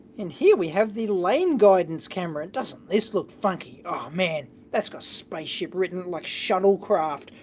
and here we have the lane guidance camera. doesn't this look funky? aww man, that's got spaceship written like shuttlecraft,